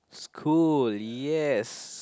school yes